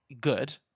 good